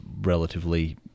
relatively